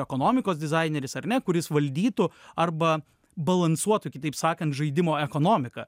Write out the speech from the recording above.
ekonomikos dizaineris ar ne kuris valdytų arba balansuotų kitaip sakant žaidimo ekonomiką